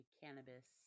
cannabis